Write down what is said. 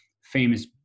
famous